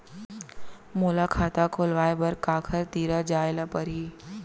मोला खाता खोलवाय बर काखर तिरा जाय ल परही?